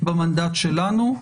במנדט שלנו.